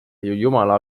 jumala